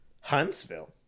Huntsville